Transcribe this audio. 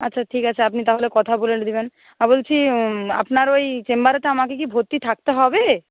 আচ্ছা ঠিক আছে আপনি তাহলে কথা বলে নেবেন আর বলছি আপনার ওই চেম্বারেতে আমাকে কি ভর্তি থাকতে হবে